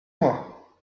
moi